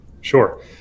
Sure